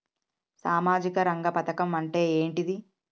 సామాజిక రంగ పథకం అంటే ఏంటిది?